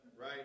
Right